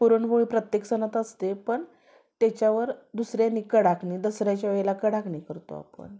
पुरणपोळी प्रत्येक सणात असते पण त्याच्यावर दुसऱ्यांनी कडाकणी दसऱ्याच्या वेळेला कडाकणी करतो आपण